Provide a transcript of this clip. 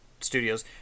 studios